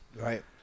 Right